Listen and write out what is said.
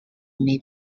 may